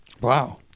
Wow